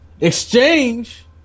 Exchange